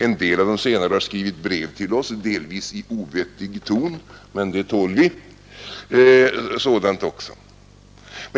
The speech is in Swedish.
En del av de senare har skrivit brev till oss, delvis i ovettig ton, men sådant tål vi.